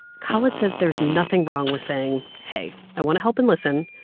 khalid says there's nothing wrong with saying, hey, i want to help and listen,